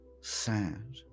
sad